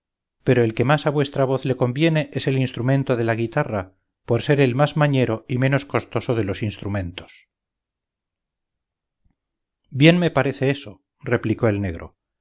pero el que más a vuestra voz le conviene es el instrumento de la guitarra por ser el más mañero y menos costoso de los instrumentos bien me parece eso replicó el negro